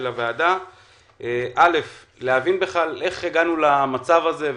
הוועדה כדי להבין איך הגענו בכלל למצב הזה,